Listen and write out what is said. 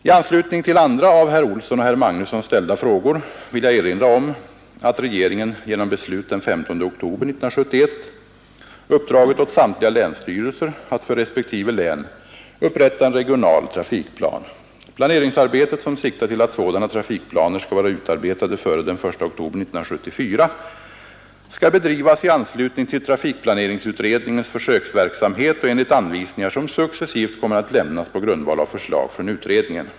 I anslutning till andra av herr Olsson och herr Magnusson ställda frågor vill jag erinra om att regeringen genom beslut den 15 oktober 1971 uppdragit åt samtliga länsstyrelser att för respektive län upprätta en regional trafikplan. Planeringsarbetet — som siktar till att sådana trafikplaner skall vara utarbetade före den 1 oktober 1974 — skall bedrivas i anslutning till trafikplaneringsutredningens försöksverksamhet och enligt anvisningar som successivt kommer att lämnas på grundval av förslag från utredningen.